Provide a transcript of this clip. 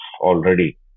already